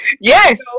Yes